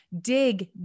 dig